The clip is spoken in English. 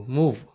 move